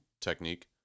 technique